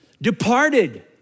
Departed